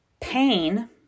Pain